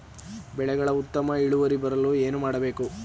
ಬೆಳೆಗಳ ಉತ್ತಮ ಇಳುವರಿ ಬರಲು ಏನು ಮಾಡಬೇಕು?